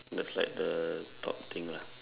that's like the top thing lah